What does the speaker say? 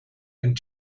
and